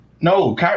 No